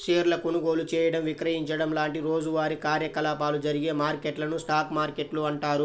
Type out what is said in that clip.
షేర్ల కొనుగోలు చేయడం, విక్రయించడం లాంటి రోజువారీ కార్యకలాపాలు జరిగే మార్కెట్లను స్టాక్ మార్కెట్లు అంటారు